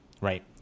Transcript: Right